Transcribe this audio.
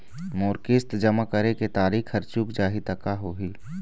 मोर किस्त जमा करे के तारीक हर चूक जाही ता का होही?